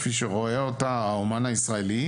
כפי שרואה אותה האומן הישראלי,